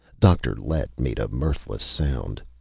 dr. lett made a mirthless sound.